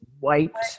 wiped